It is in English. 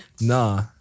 nah